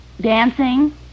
dancing